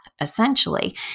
Essentially